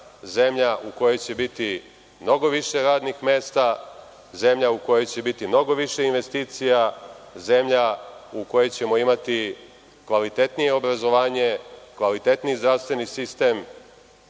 zemlja u kojoj će biti mnogo više radnih mesta, zemlja u kojoj će biti mnogo više investicija, zemlja u kojoj ćemo imati kvalitetnije obrazovanje, kvalitetniji zdravstveni sistem,